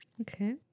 Okay